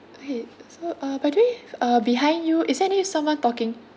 okay so uh by the way err behind you is there any someone talking